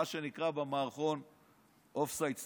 מה שנקרא במערכון "אופסייד סטורי".